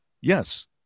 yes